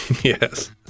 yes